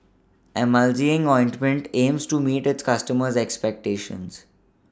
Emulsying Ointment aims to meet its customers' expectations